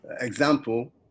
example